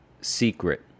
Secret